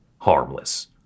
harmless